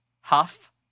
huff